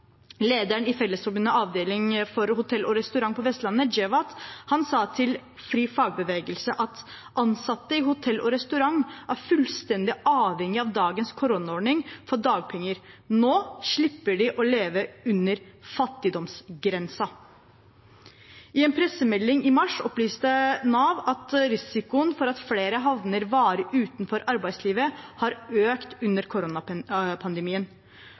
Lederen i Fellesforbundet, avdeling for hotell og restaurant på Vestlandet, Djevat Hisenaj, sa til FriFagbevegelse at ansatte i hotell og restaurant er fullstendig avhengig av dagens koronaordning for dagpenger. Nå slipper de å leve under fattigdomsgrensa. I en pressemelding i mars opplyste Nav at risikoen for at flere havner varig utenfor arbeidslivet, har økt under